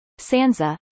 Sanza